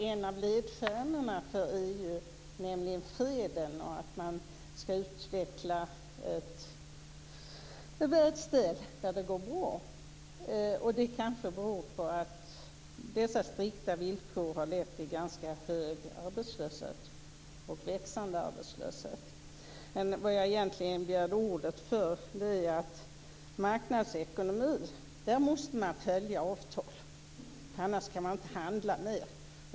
En av ledstjärnor för EU är ju freden och att man skall utveckla en världsdel där det går bra. Det här kanske beror på att de strikta villkoren har lett till en ganska hög arbetslöshet - och till växande arbetslöshet. Men jag begärde egentligen ordet för att säga att i en marknadsekonomi måste man följa avtal. Annars kan man inte handla mer.